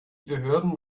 behörden